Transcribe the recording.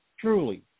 Truly